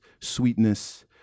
sweetness